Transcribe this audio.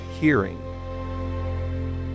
hearing